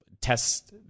Test